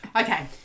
Okay